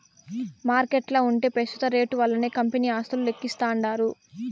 మార్కెట్ల ఉంటే పెస్తుత రేట్లు వల్లనే కంపెనీ ఆస్తులు లెక్కిస్తాండారు